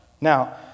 Now